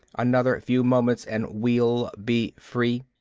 another few moments and we'll be free.